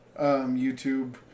YouTube